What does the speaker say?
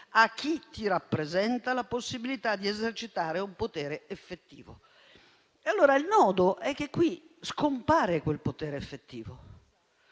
chi ti rappresenta la possibilità di esercitare un potere effettivo. E allora il nodo è che qui scompare quel potere effettivo.